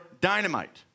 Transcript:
dynamite